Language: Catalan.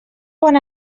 pon